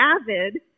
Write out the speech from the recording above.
avid